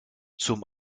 zum